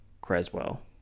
Creswell